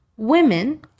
Women